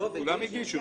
11:00. דב, הגשתם.